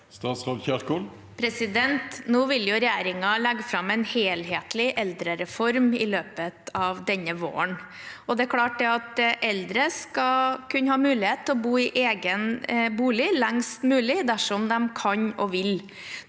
Regjeringen vil legge fram en helhetlig eldrereform i løpet av denne våren. Det er klart at eldre skal kunne ha mulighet til å bo i egen bolig lengst mulig dersom de kan og vil.